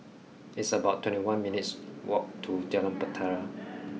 it's about twenty one minutes' walk to Jalan Bahtera